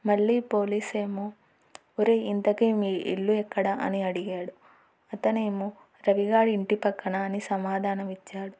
మళ్ళీ పోలీస్ ఏమో ఒరేయ్ ఇంతకిే మీ ఇల్లు ఎక్కడ అని అడిగాడు అతనేమో రవిగాడి ఇంటి పక్కన అని సమాధానం ఇచ్చాడు